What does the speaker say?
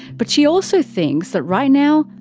but she also thinks that right now,